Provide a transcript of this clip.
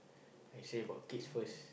I say about kids first